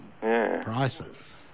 prices